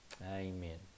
amen